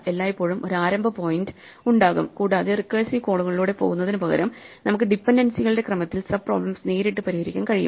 എല്ലായ്പ്പോഴും ഒരു ആരംഭ പോയിന്റ് ഉണ്ടാകും കൂടാതെ റിക്കേഴ്സീവ് കോളുകളിലൂടെ പോകുന്നതിനുപകരം നമുക്ക് ഡിപൻഡൻസികളുടെ ക്രമത്തിൽ സബ് പ്രോബ്ലെംസ് നേരിട്ട് പരിഹരിക്കാൻ കഴിയും